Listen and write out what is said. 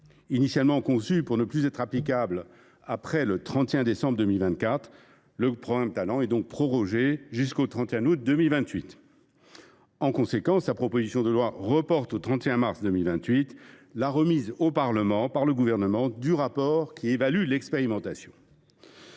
Initialement conçu pour ne plus être applicable après le 31 décembre 2024, le programme Talents est donc prorogé jusqu’au 31 août 2028. En conséquence, la proposition de loi reporte au 31 mars 2028 la remise au Parlement par le Gouvernement du rapport d’évaluation de l’expérimentation.